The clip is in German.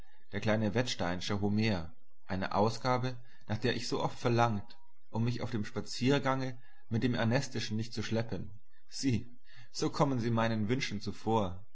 der kleine wetsteinische homer eine ausgabe nach der ich so oft verlangt um mich auf dem spaziergange mit dem ernestischen nicht zu schleppen sieh so kommen sie meinen wünschen zuvor